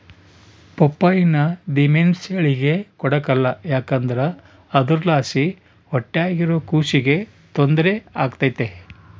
ಪಪ್ಪಾಯಿನ ದಿಮೆಂಸೇಳಿಗೆ ಕೊಡಕಲ್ಲ ಯಾಕಂದ್ರ ಅದುರ್ಲಾಸಿ ಹೊಟ್ಯಾಗಿರೋ ಕೂಸಿಗೆ ತೊಂದ್ರೆ ಆಗ್ತತೆ